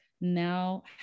now